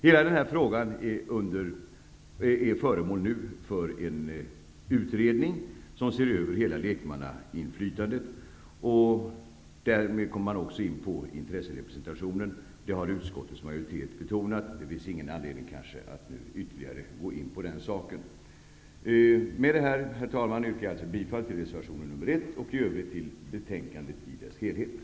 Hela den här frågan är nu föremål för en utredning, som ser över hela lekmannainflytandet. Därmed kommer man också in på intresserepresentationen; det har utskottsmajoriteten betonat. Det finns kanske ingen anledning att gå in ytterligare på den saken. Herr talman! Jag yrkar alltså bifall till reservation 1